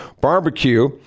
barbecue